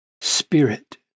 spirit